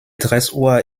dressur